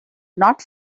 not